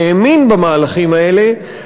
האמין במהלכים האלה,